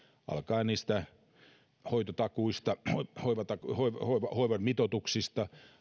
alkaen hoitotakuista hoivan mitoituksista